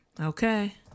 Okay